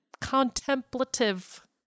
contemplative